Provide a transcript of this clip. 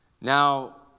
Now